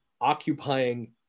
occupying